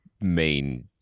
main